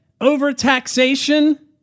overtaxation